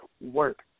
work